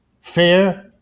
fair